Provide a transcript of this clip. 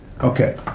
Okay